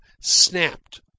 snapped